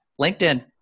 LinkedIn